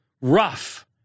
rough